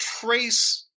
trace